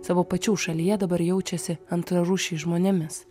savo pačių šalyje dabar jaučiasi antrarūšiais žmonėmis